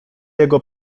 jego